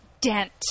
dent